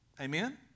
Amen